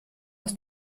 aus